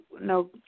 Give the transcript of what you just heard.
no